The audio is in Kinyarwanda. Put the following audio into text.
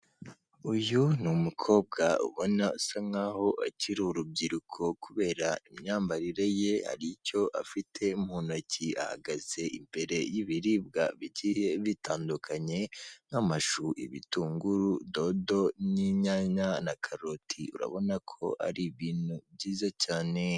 Uyu ni umukobwa ubona asa nkaho akiri urubyiruko kubera imyambarire ye ,haricyo afite muntoki ahagaze imbere y'ibiribwa bigiye bitandukanye nk'amashu, ibitunguru, dodo n'inyanya na karoti. Urabona ko hari ibintu byiza cyane.